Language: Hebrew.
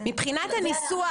מבחינת הניסוח,